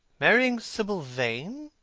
marrying sibyl vane!